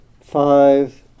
five